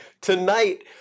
tonight